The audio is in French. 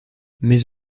mais